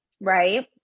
Right